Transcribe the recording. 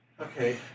Okay